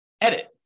edit